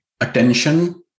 attention